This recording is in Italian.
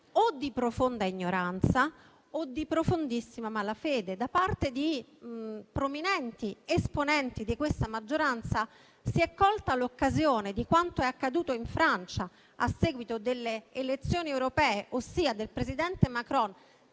o di profonda ignoranza o di profondissima malafede. Da parte di prominenti esponenti di questa maggioranza, si è colta l'occasione di quanto è accaduto in Francia a seguito delle elezioni europee, ossia dello scioglimento da